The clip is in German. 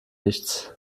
nichts